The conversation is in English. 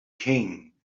king